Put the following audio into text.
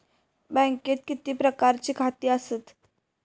बँकेत किती प्रकारची खाती असतत?